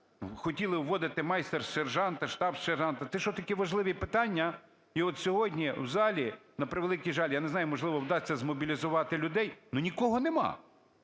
хотіли вводити майстер-сержанта, штаб-сержанта. Це що, такі важливі питання? І от сьогодні в залі, на превеликий жаль, я не знаю, можливо, вдасться змобілізувати людей, но нікого нема,